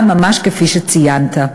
ממש כפי שציינת.